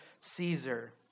Caesar